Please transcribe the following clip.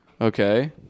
okay